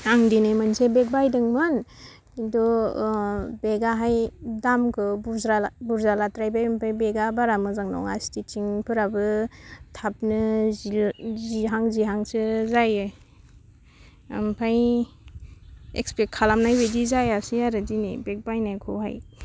आं दिनै मोनसे बेग बायदोंमोन खिन्थु बेगाहाय दामखौ बुरजा लाद्रायबाय ओमफ्राय बेगआ बारा मोजां नङा स्टेचिंफोराबो थाबनो जिहां जिहांसो जायो ओमफ्राय एक्सपेक्ट खालामनायबायदि जायासै आरो दिनै बेग बायनायखौहाय